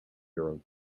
hero